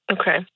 Okay